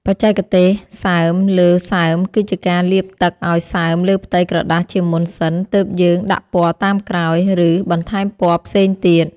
បច្ចេកទេសសើមលើសើមគឺជាការលាបទឹកឱ្យសើមលើផ្ទៃក្រដាសជាមុនសិនទើបយើងដាក់ពណ៌តាមក្រោយ ឬ បន្ថែមពណ៌ផ្សេងទៀត។